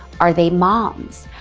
are they moms,